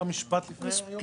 אפשר משפט לפני כן, היו"ר?